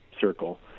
circle